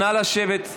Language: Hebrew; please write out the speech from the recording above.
לשבת.